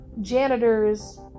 janitors